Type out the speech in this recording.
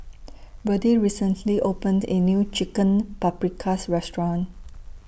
Birdie recently opened A New Chicken Paprikas Restaurant